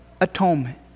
atonement